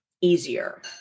easier